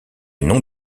nom